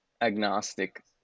agnostic